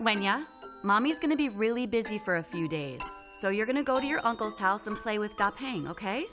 when ya mommy is going to be really busy for a few days so you're going to go to your uncle's house and play with da pain ok